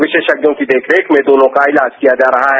विशेषज्ञों की देखरेख में दोनों का इलाज किया जा रहा है